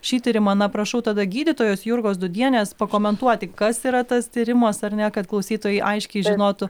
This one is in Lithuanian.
šį tyrimą na prašau tada gydytojos jurgos dūdienės pakomentuoti kas yra tas tyrimas ar ne kad klausytojai aiškiai žinotų